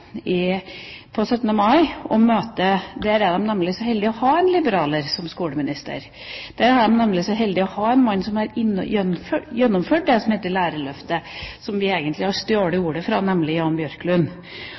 på 17. mai: Der er de nemlig så heldige å ha en liberaler som skoleminister. Der er de nemlig så heldige å ha en mann som har gjennomført lærerløftet, som vi egentlig har stjålet ordet fra, nemlig Jan Björklund. Jan Björklund, som laget en plan allerede i 2007 som vi